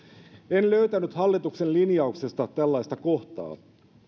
en löytänyt hallituksen linjauksesta tällaista kohtaa